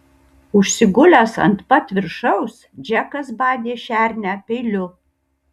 užsigulęs ant pat viršaus džekas badė šernę peiliu